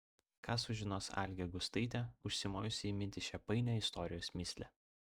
ką sužinos algė gustaitė užsimojusi įminti šią painią istorijos mįslę